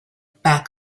back